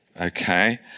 okay